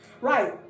Right